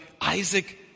Isaac